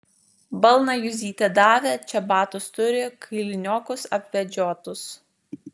balną juzytė davė čebatus turi kailiniokus apvedžiotus